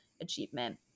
achievement